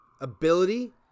ability